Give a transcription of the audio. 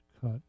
cut